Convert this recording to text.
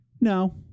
No